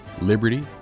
liberty